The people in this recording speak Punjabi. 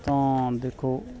ਤਾਂ ਦੇਖੋ